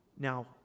Now